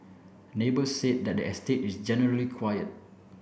neighbours said the estate is generally quiet